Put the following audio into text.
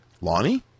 Lonnie